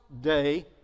day